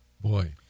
Boy